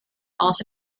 also